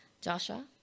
Joshua